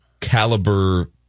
caliber